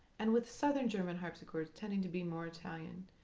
and with southern german harpsichords tending to be more italian,